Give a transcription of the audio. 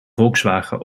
volkswagen